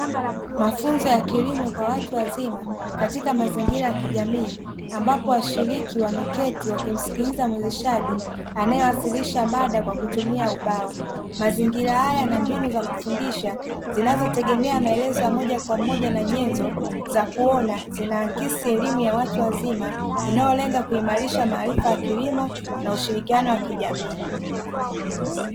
Mafunzo ya kilimo kwa watu wazima katika mazingira ya kijamii, ambapo washiriki wameketi wakimsikiliza mwezeshaji anaewasilisha mada kwa kutumia ubao. Mazingira haya na mbinu za kufundisha zinazotegemea maelezo ya moja kwa moja na nyenzo za kuona zinaakisi elimu ya watu wazima inayolenga kuimarisha maarifa ya kilimo na ushirikiano wa kijamii.